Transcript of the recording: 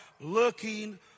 Looking